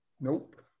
Nope